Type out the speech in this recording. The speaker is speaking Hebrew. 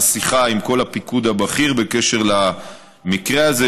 שיחה עם כל הפיקוד הבכיר בקשר למקרה הזה.